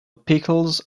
pickles